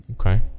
Okay